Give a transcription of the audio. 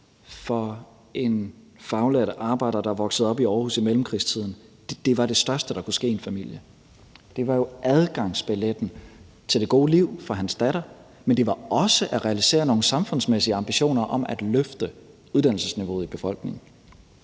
for en faglært arbejder, der er vokset op i Aarhus i mellemkrigstiden, var det største, der kunne ske i en familie. Det var jo adgangsbilletten til det gode liv for hans datter, men det var det også til at realisere nogle samfundsmæssige ambitioner om at løfte uddannelsesniveauet i befolkningen.